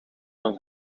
hun